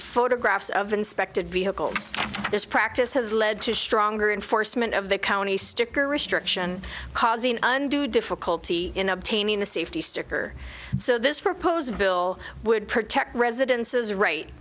photographs of inspected vehicles this practice has led to stronger enforcement of the county sticker restriction causing undue difficulty in obtaining a safety sticker so this proposed bill would protect residences right